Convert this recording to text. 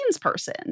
person